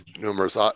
numerous